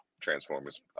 Transformers